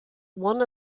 one